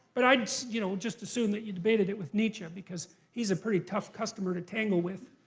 but i'd so you know just as soon that you debated it with nietzsche, because he's a pretty tough customer to tangle with.